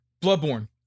Bloodborne